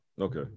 Okay